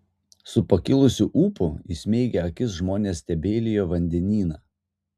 su pakilusiu ūpu įsmeigę akis žmonės stebeilijo vandenyną